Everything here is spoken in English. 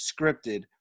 scripted